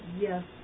yes